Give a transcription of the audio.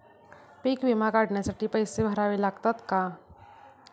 पीक विमा काढण्यासाठी पैसे भरावे लागतात का?